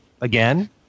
again